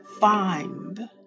find